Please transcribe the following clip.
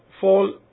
fall